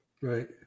Right